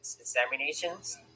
examinations